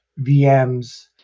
VMs